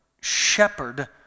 shepherd